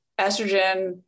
estrogen